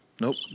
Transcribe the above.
Nope